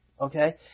Okay